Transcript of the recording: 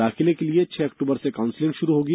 दाखिले के लिए छह अक्टूबर से काउंसलिंग शुरू होगी